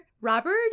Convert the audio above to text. Robert